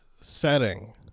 setting